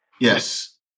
Yes